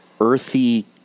earthy